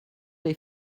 les